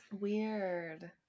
Weird